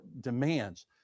demands